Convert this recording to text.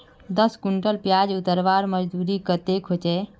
दस कुंटल प्याज उतरवार मजदूरी कतेक होचए?